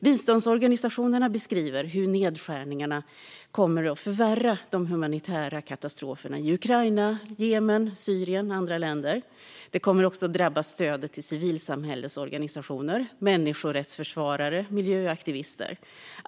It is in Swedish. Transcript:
Biståndsorganisationerna beskriver hur nedskärningarna kommer att förvärra de humanitära katastroferna i Ukraina, Jemen, Syrien och andra länder. Det kommer också att drabba stödet till civilsamhällesorganisationer, människorättsförsvarare och miljöaktivister.